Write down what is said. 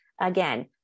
again